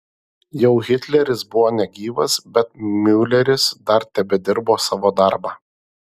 jau hitleris buvo negyvas bet miuleris dar tebedirbo savo darbą